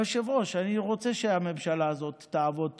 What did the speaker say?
היושב-ראש, אני רוצה שהממשלה הזאת תעבוד טוב,